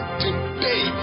today